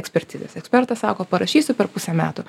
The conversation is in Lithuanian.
ekspertizės ekspertas sako parašysiu per pusę metų